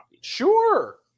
sure